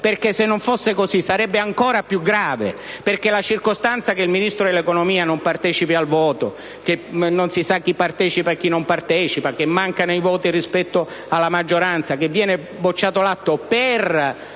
perché, se non fosse così, sarebbe ancora più grave. La circostanza che il Ministro dell'economia non partecipi al voto, che non si sappia chi partecipa e chi non partecipa, che manchino i voti della maggioranza e che l'atto venga